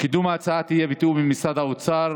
קידום ההצעה יהיה בתיאום עם משרד האוצר,